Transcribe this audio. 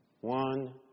One